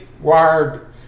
wired